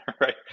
right